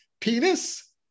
Penis